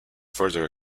further